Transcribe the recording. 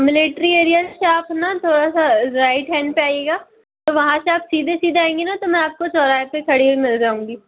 military area से आप है ना थोड़ा सा राइट हैंड पर आइएगा तो वहाँ से आप सीधे सीधे आएंगे ना तो मैं आपको चौराहे पर खड़ी हुई मिल जाऊँगी